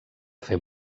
fer